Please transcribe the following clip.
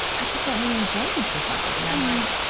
i just don't really engage with my body. i'm like,